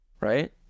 right